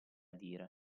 dire